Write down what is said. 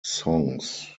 songs